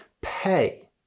pay